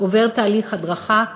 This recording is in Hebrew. עובר תהליך הדרכה ולימוד,